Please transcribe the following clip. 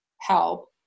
help